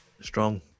strong